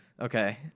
Okay